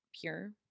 pure